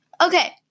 Okay